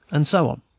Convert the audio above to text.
and so on.